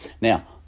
Now